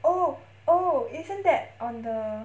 oh oh isn't that on the